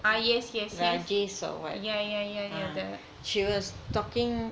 ah yes yes yes yeah yeah yeah yeah